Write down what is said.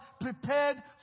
prepared